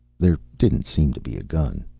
there didn't seem to be a gun.